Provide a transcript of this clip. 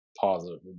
positive